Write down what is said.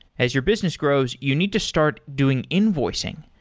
as your business grows, you need to start doing invoicing,